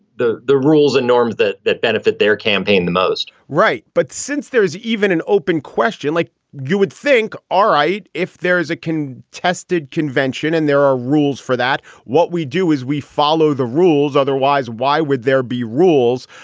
the the rules and norms that that benefit their campaign the most right. but since there is even an open question, like you would think, all right, if there is a contested convention and there are rules for that, what we do is we follow the rules. otherwise, why would there be rules?